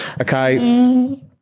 Okay